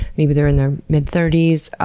maybe they're in their mid thirty s,